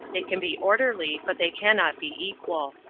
they can be orderly, but they cannot be equal.